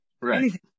Right